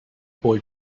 boy